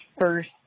first